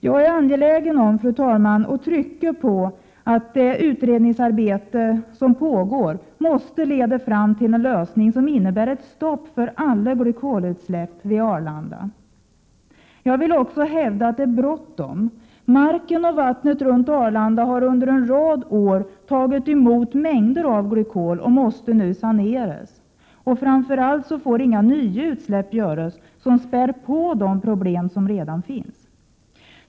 Jag är angelägen, fru talman, om att trycka på att det utredningsarbete som pågår måste leda fram till en lösning som innebär ett stopp för alla glykolutsläpp vid Arlanda. Jag vill också hävda att det är bråttom. Marken och vattnet runt Arlanda har under en rad år tagit emot mängder av glykol och måste nu saneras. Framför allt får inga nya utsläpp göras som späder på 167 de problem som redan nu finns.